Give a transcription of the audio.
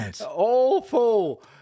awful